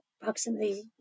approximately